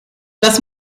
das